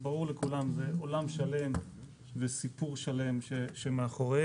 ברור לכולם שזה עולם שלם וסיפור שלם שמאחוריהם.